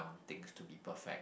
things to be perfect